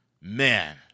Man